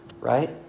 right